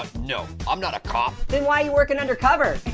no. i'm not a cop. then why you working undercover?